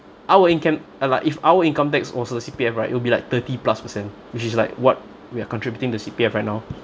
our incom~ uh like if our income tax also C_P_F right it will be like thirty plus percent which is like what we are contributing the C_P_F right now